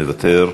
מוותר,